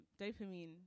dopamine